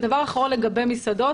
דבר אחרון לגבי מסעדות